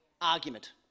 argument